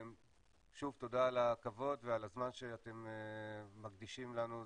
שוב תודה על הכבוד ועל הזמן שאתם מקדישים לנו,